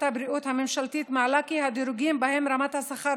הבריאות הממשלתית מעלה כי הדירוגים שבהם רמת השכר